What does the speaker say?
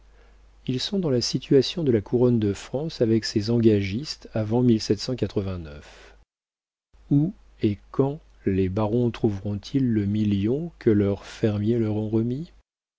ils sont dans la situation de la couronne de france avec ses engagistes avant où et quand les barons trouveront ils le million que leurs fermiers leur ont